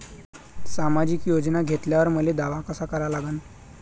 सामाजिक योजना घेतल्यावर मले दावा कसा करा लागन?